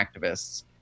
activists